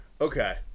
Okay